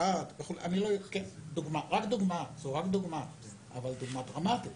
סעד זאת רק דוגמה, אבל דוגמה דרמטית,